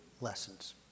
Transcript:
lessons